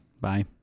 Bye